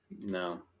No